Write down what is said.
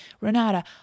Renata